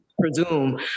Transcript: presume